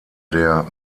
der